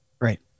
Right